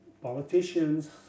politicians